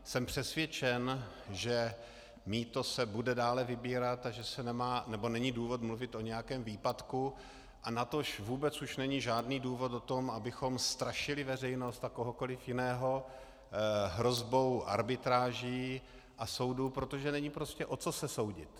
Jsem přesvědčen, že mýto se bude dále vybírat a že není důvod mluvit o nějakém výpadku, natož už vůbec není už žádný důvod k tomu, abychom strašili veřejnost a kohokoliv jiného hrozbou arbitráží a soudů, protože není prostě o co se soudit.